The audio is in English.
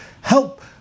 help